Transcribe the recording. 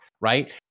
right